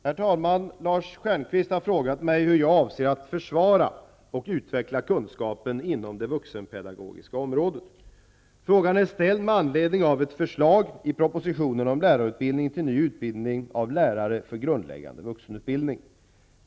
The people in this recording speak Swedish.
Herr talman! Lars Stjernkvist har frågat mig hur jag avser att försvara och utveckla kunskapen inom det vuxenpedagogiska området. Frågan är ställd med anledning av ett förslag i propositionen om lärarutbildning till en ny utbildning av lärare för grundläggande vuxenutbildning.